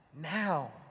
Now